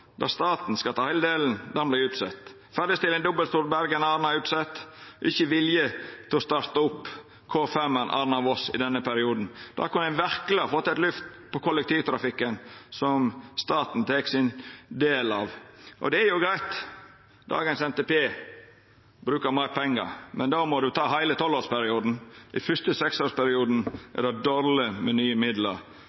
der staten skal ta heile delen – jernbanen – vert utsett. Ferdigstilling av dobbeltspor Bergen–Arna er utsett. Det er ikkje vilje til å starta opp K5 Arna–Voss i denne perioden. Der kunne ein verkeleg ha fått eit lyft for kollektivtrafikken som staten tek sin del av. Det er greitt at NTP-en av i dag brukar meir pengar, men då må ein ta heile tolvårsperioden. I den fyrste seksårsperioden